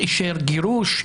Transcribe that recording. אישר גירוש,